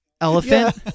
elephant